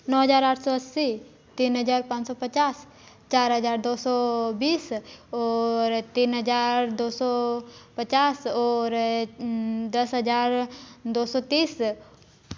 नौ हजार आठ सौ अस्सी तीन हजार पाँच सौ पचास चार हजार दो सौ बीस और तीन हजार दो सौ पचास और दस हजार दो सौ तीस